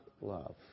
love